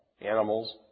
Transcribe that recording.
animals